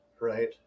Right